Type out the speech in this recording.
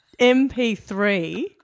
MP3